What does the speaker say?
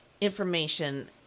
information